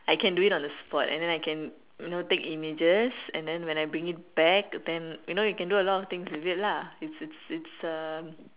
I can do it on the spot and then I can you know take images and then when I bring it back then you know you can do a lot of things with it lah it's it's it's uh